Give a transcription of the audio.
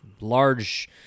large